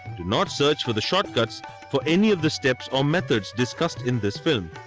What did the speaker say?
do not search for the shortcuts for any of the steps or methods discussed in this film.